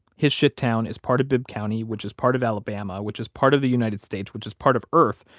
his shittown is part of bibb county, which is part of alabama, which is part of the united states, which is part of earth,